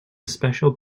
special